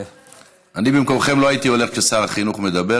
אני במקומכם לא הייתי הולך כששר החינוך מדבר,